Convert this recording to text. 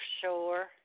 sure